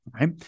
Right